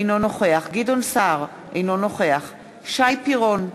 אינו נוכח גדעון סער, אינו נוכח שי פירון,